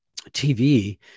TV